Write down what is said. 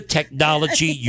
Technology